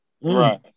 right